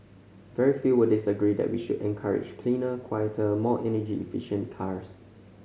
very few will disagree that we should encourage cleaner quieter more energy efficient cars